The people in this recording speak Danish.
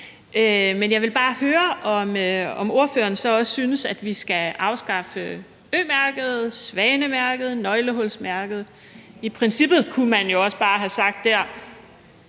Men jeg ville bare høre, om ordføreren så også synes, at vi skal afskaffe Ø-mærket, Svanemærket, Nøglehulsmærket. I princippet kunne man jo der også bare have sagt,